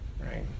right